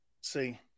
See